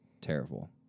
terrible